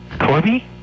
Corby